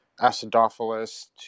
acidophilus